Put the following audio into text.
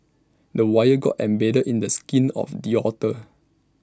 the wire got embedded in the skin of the otter